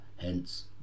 hence